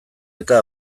eta